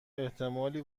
احتمالی